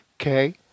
okay